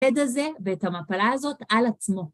הזה, ואת המפלה הזאת על עצמו.